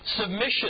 Submission